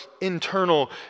internal